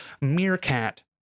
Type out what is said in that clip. Meerkat